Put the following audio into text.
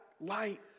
light